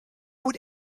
would